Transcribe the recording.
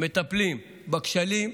מטפלים בכשלים,